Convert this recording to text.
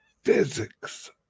physics